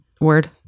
word